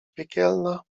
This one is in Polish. piekielna